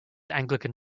anglican